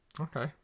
Okay